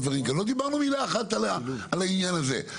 לא דיברנו מילה אחת על העניין הזה.